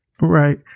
Right